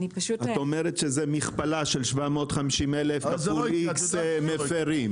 את אומרת שזה מכפלה של 750,000 כפול X מפרים.